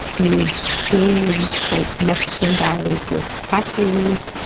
these big like mexican guys with tattoos,